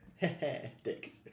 Dick